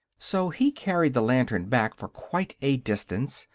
so he carried the lantern back for quite a distance,